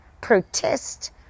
protest